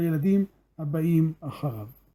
ולילדים הבאים אחריו.